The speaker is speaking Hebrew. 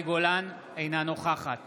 אינה נוכחת